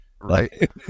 right